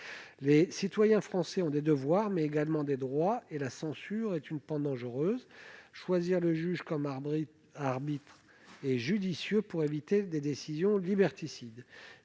Les citoyens français ont des devoirs, mais également des droits, et la censure est une pente dangereuse. Choisir le juge comme arbitre est judicieux pour éviter des décisions liberticides.